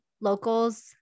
locals